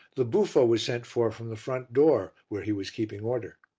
the buffo was sent for from the front door, where he was keeping order.